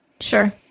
Sure